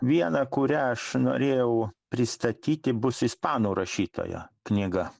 vieną kurią aš norėjau pristatyti bus ispanų rašytojo knyga